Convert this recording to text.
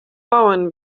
bauen